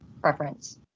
preference